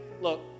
Look